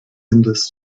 endless